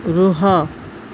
ରୁହ